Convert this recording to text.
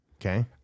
Okay